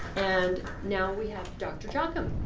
and now we have doctor jocham.